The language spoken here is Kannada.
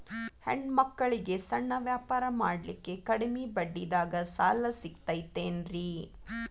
ಹೆಣ್ಣ ಮಕ್ಕಳಿಗೆ ಸಣ್ಣ ವ್ಯಾಪಾರ ಮಾಡ್ಲಿಕ್ಕೆ ಕಡಿಮಿ ಬಡ್ಡಿದಾಗ ಸಾಲ ಸಿಗತೈತೇನ್ರಿ?